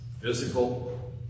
physical